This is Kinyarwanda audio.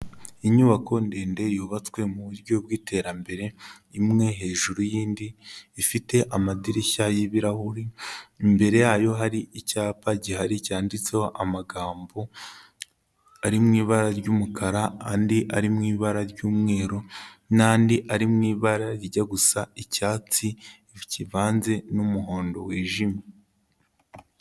Inyubako ndende yubatswe mu buryo bw'iterambere, imwe hejuru y'indi, ifite amadirishya y'ibirahuri, imbere yayo hari icyapa gihari cyanditseho amagambo ari mu ibara ry'umukara, andi ari mu ibara ry'umweru, n'andi ari mu ibara rijya gusa icyatsi kivanze n'umuhondo wijimye.